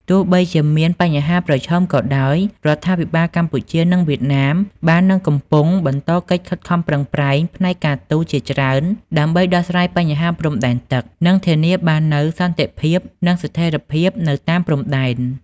ទោះបីជាមានបញ្ហាប្រឈមក៏ដោយ រដ្ឋាភិបាលកម្ពុជា និងវៀតណាម បាននិងកំពុងបន្តកិច្ចខិតខំប្រឹងប្រែងផ្នែកការទូតជាច្រើនដើម្បីដោះស្រាយបញ្ហាព្រំដែនទឹក និងធានាបាននូវសន្តិភាព និងស្ថិរភាពនៅតាមព្រំដែន។